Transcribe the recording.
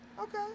Okay